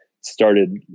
started